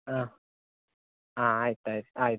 ಹಾಂ ಹಾಂ ಆಯ್ತು ಆಯ್ತು ಆಯ್ತು